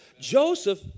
Joseph